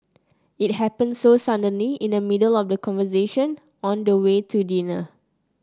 it happened so suddenly in the middle of a conversation on the way to dinner